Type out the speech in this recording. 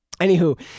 Anywho